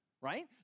right